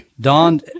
Don